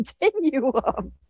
continuum